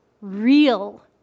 real